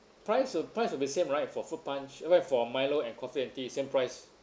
price will price will be same right for fruit punch oh wait for milo and coffee and tea same price